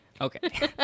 okay